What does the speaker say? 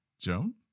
Joan